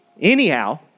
Anyhow